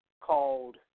called